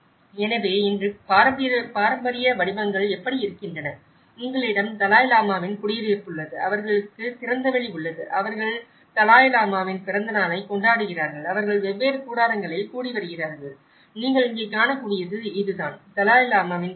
எனவே இன்று பாரம்பரிய வடிவங்கள் எப்படி இருக்கின்றன உங்களிடம் தலாய் லாமாவின் குடியிருப்பு உள்ளது அவர்களுக்கு திறந்தவெளி உள்ளது அவர்கள் தலாய் லாமாவின் பிறந்தநாளைக் கொண்டாடுகிறார்கள் அவர்கள் வெவ்வேறு கூடாரங்களில் கூடிவருகிறார்கள் நீங்கள் இங்கே காணக்கூடியது இதுதான் தலாய் லாமாவின் குடியிருப்பு